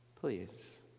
Please